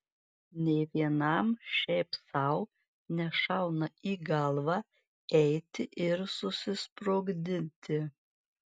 nė vienam šiaip sau nešauna į galvą eiti ir susisprogdinti